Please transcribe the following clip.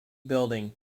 building